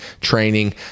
training